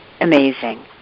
Amazing